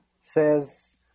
says